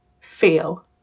feel